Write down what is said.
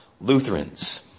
Lutherans